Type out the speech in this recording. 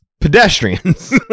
pedestrians